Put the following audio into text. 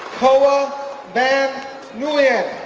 khoa van nguyen